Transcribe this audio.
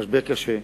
משבר קשה,